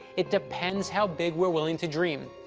it depends how big we're willing to dream.